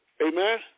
Amen